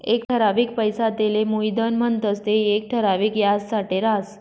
एक ठरावीक पैसा तेले मुयधन म्हणतंस ते येक ठराविक याजसाठे राहस